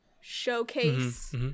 showcase